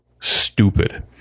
stupid